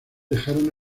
dejaron